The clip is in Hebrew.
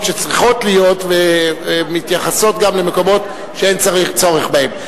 שצריכים להיות ומתייחסים גם למקומות שאין צורך בהם.